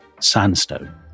Sandstone